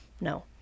no